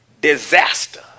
disaster